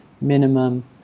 minimum